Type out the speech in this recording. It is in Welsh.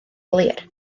glir